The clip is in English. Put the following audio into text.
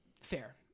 fair